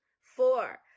Four